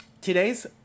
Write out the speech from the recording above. Today's